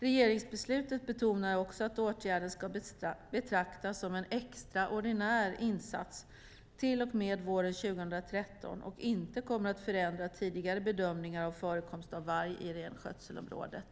Regeringsbeslutet betonar också att åtgärden ska betraktas som en extraordinär insats till och med våren 2013 och inte kommer att förändra tidigare bedömningar av förekomst av varg i renskötselområdet.